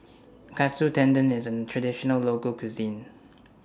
Katsu Tendon IS A Traditional Local Cuisine